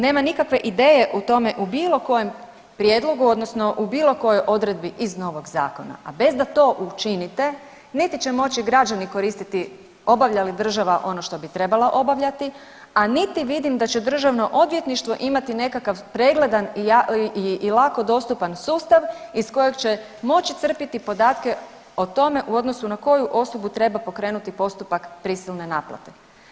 Nema nikakve ideje o tome o bilo kojem prijedlogu, odnosno u bilo kojoj odredbi iz novog zakona, a bez da to učinite niti će moći građani koristiti obavlja li država ono što bi trebala obavljati, a niti vidim da će Državno odvjetništvo imati nekakav pregledan i lako dostupan sustav iz kojeg će moći crpiti podatke o tome u odnosu na koju osobu treba pokrenuti postupak prisilne naplate.